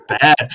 bad